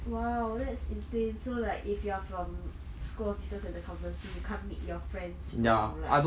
!wow! that's insane so like if you are from school of business and accountancy you can't meet your friends from like